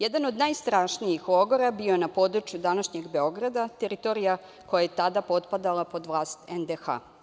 Jedan od najstrašnijih logora bio je na području današnjeg Beograda, teritorija koja je tada potpadala pod vlast NDH.